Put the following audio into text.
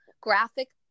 graphic